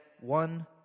one